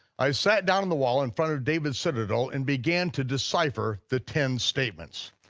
i sat down on the wall in front of david's citadel and began to decipher the ten statements.